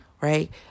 right